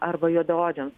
arba juodaodžiams